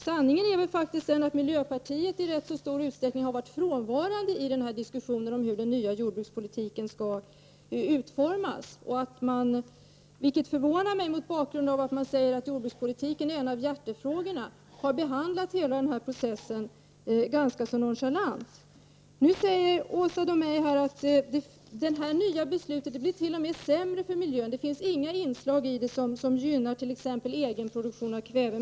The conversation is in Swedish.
Sanningen är att miljöpartiet i rätt stor utsträckning har varit frånvarande i diskussionen om hur den nya jordbrukspolitiken skall utformas och att man — det har förvånat mig mot bakgrund av att man säger att jordbrukspolitiken är en av hjärtefrågorna — har behandlat hela den här processen ganska nonchalant. Nu säger Åsa Domeij att det t.o.m. blir sämre för miljön med det nya beslutet — det finns inga i inslag i det som gynnar t.ex. egen produktion av kväve.